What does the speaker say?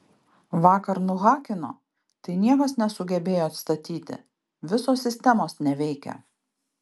vakar nuhakino tai niekas nesugebėjo atstatyti visos sistemos neveikia